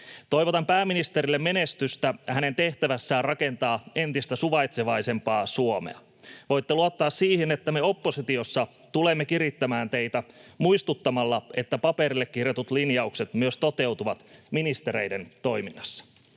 Toivotan pääministerille menestystä hänen tehtävässään rakentaa entistä suvaitsevaisempaa Suomea. Voitte luottaa siihen, että me oppositiossa tulemme kirittämään teitä muistuttamalla, että paperille kirjatut linjaukset myös toteutuvat ministereiden toiminnassa.